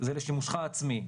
זה לשימושך העצמי.